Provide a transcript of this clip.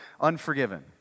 unforgiven